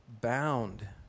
bound